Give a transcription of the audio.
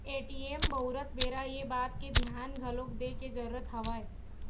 ATM बउरत बेरा ये बात के धियान घलोक दे के जरुरत हवय